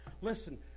Listen